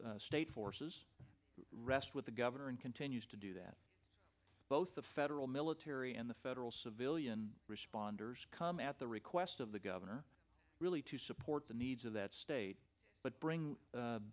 state forces rests with the governor and continues to do that both the federal military and the federal civilian responders come at the request of the governor really to support the needs of that state but bring